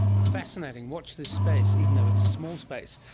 fascinating. watch this space, even though it's a small space.